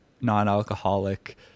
non-alcoholic